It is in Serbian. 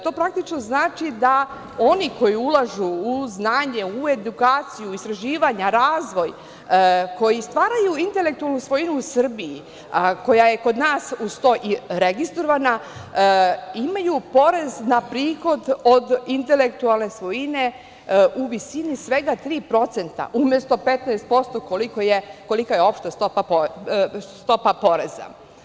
To, praktično, znači da oni koji ulažu u znanje, u edukaciju, u istraživanja, razvoj, koji stvaraju intelektualnu svojinu u Srbiji koja je kod nas uz to i registrovana, imaju porez na prihod od intelektualne svojine u visini svega 3%, umesto 15%, kolika je opšta stopa poreza.